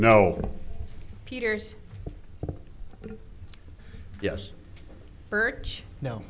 no peters yes birch no